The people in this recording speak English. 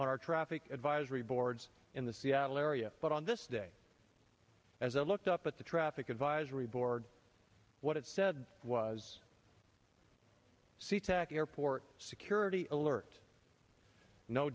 on our traffic advisory boards in the seattle area but on this day as i looked up at the traffic advisory board what it said was sea tac airport security alert no